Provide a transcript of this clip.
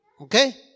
Okay